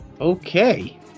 Okay